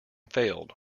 failed